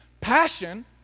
passion